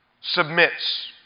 submits